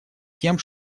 тем